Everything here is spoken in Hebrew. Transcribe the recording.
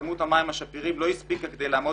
כמות המים השפירים לא הספיקה כדי לעמוד